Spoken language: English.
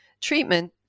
treatment